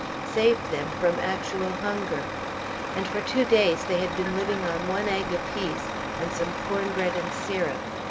saved them from actual hunger and for two days they had been living on one egg apiece and some cornbread and syrup.